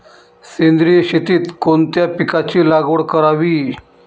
सेंद्रिय शेतीत कोणत्या पिकाची लागवड करावी?